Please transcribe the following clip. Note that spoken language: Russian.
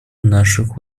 наших